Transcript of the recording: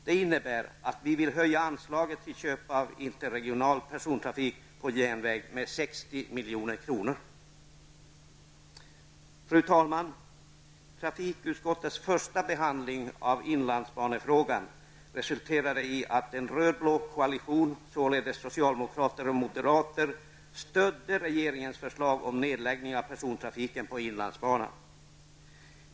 Det innebär att vi vill höja anslaget till köp av interregional persontrafik på järnväg med 60 Fru talman! Trafikutskottets första behandling av inlandsbanefrågan resulterade i att en röd-blå koalition, således socialdemokrater och moderater, stödde regeringens förslag om nedläggning av persontrafiken på inlandsbanan.